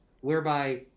whereby